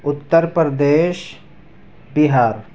Uttar Pradesh Bihar